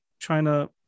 China